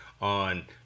on